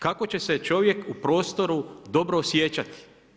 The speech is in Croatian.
Kako će se čovjek u prostoru dobro osjećati?